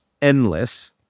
endless